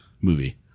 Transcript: movie